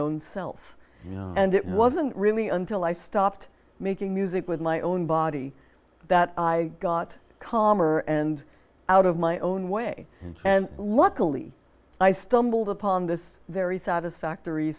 self and it wasn't really until i stopped making music with my own body that i got calmer and out of my own way and luckily i stumbled upon this very satisfactory